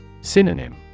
Synonym